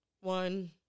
one